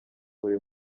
buri